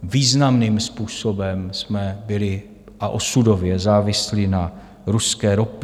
Významným způsobem jsme byli, a osudově závislí, na ruské ropě.